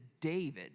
David